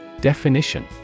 Definition